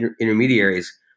intermediaries